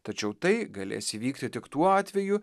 tačiau tai galės įvykti tik tuo atveju